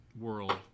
world